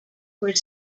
were